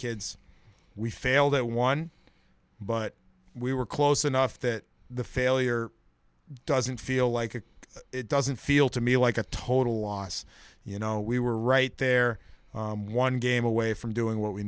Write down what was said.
kids we failed that one but we were close enough that the failure doesn't feel like it doesn't feel to me like a total loss you know we were right there one game away from doing what we